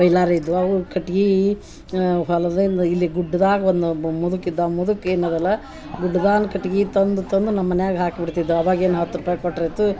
ಬೈಲಾರು ಇದ್ವು ಅವು ಕಟ್ಗೀ ಹೊಲ್ದಿಂದ ಇಲ್ಲಿ ಗುಡ್ದಾಗ ಒದು ಒಬ್ಬ ಮುದುಕಿದ್ದ ಅವು ಮುದುಕ ಏನದಲ್ಲ ಗುಡ್ದಾನ ಕಟಿಗೀ ತಂದು ತಂದು ನಮ್ಮ ಮನ್ಯಾಗ ಹಾಕಿ ಬಿಡ್ತಿದ್ದ ಅವಾಗೇನು ಹತ್ತು ರೂಪಾಯಿ ಕೊಟ್ರ ಅಯಿತು